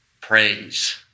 praise